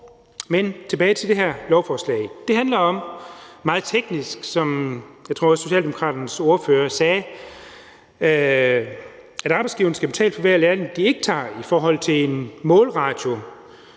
Men tilbage til det her lovforslag: Det handler meget teknisk – som jeg også tror Socialdemokraternes ordfører sagde – om, at arbejdsgiverne skal betale for hver lærling, som de ikke tager, i forhold til en målratio,